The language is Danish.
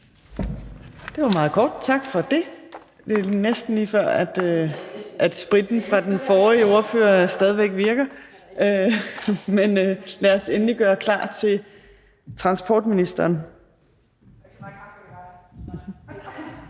Det var meget kort. Tak for det. Det er lige før, at den forrige ordførers afspritning stadig væk virker. Men lad os endelig gøre klar til transportministeren.